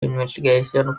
investigation